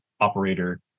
operator